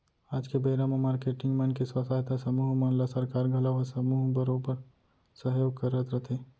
आज के बेरा म मारकेटिंग मन के स्व सहायता समूह मन ल सरकार घलौ ह समूह बरोबर सहयोग करत रथे